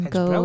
go